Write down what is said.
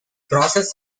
process